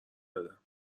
دادم